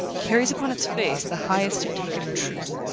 carries upon its face the highest certificate of truth,